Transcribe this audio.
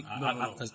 no